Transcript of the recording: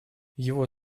его